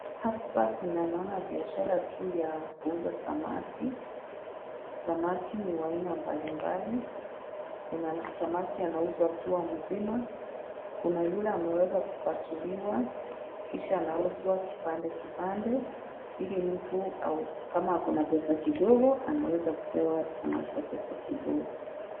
Hapa kuna nona biashara tu ya kuuza samaki, samaki ni wa aina mbalimbali. Kuna samaki anauzwa akiwa mzima. Kuna yule ameweza kupasuliwa, kisha anauzwa kipande kipande, ili mtu au kama ako na pesa kidogo anaweza kupewa samaki wa pesa kidogo.